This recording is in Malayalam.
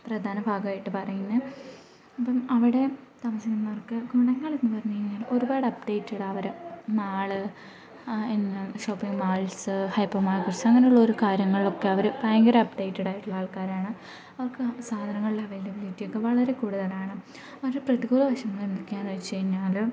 പ്രധാന ഭാഗയിട്ട് പറയുന്നു അപ്പം അവിടെ താമസിക്കുന്നവർക്ക് ഗുണങ്ങളെന്നു പറഞ്ഞു കഴിഞ്ഞാൽ ഒരുപാട് അപ്ഡേറ്റുകൾ അവർ നാൾ എന്ന ഷോപ്പിംഗ് മാൾസ് ഹൈപ്പർ മാർകെറ്റ്സ് അങ്ങനെയുള്ള ഒരു കാര്യങ്ങളൊക്കെ അവർ ഭയങ്കര അപ്ഡേറ്റഡായിട്ടുള്ള ആൾക്കാരാണ് അവർക്കു സാധനങ്ങളിലെ അവൈലബിലിറ്റി ഒക്കെ വളരെ കൂടുതലാണ് പക്ഷെ പ്രതികൂലവശങ്ങളെന്തൊക്കെയാണെന്നു വെച്ചു കഴിഞ്ഞാൽ